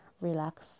relax